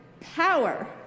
power